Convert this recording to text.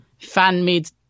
fan-made